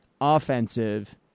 offensive